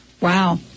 Wow